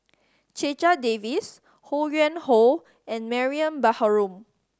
Checha Davies Ho Yuen Hoe and Mariam Baharom